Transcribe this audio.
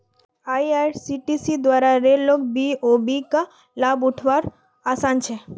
IRCTC द्वारा rail लोक BOB का लाभ उठा वार आसान छे